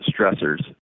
stressors